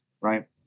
right